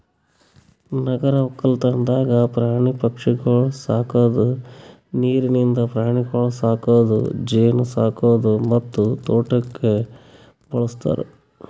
ನಗರ ಒಕ್ಕಲ್ತನದಾಗ್ ಪ್ರಾಣಿ ಪಕ್ಷಿಗೊಳ್ ಸಾಕದ್, ನೀರಿಂದ ಪ್ರಾಣಿಗೊಳ್ ಸಾಕದ್, ಜೇನು ಸಾಕದ್ ಮತ್ತ ತೋಟಕ್ನ್ನೂ ಬಳ್ಸತಾರ್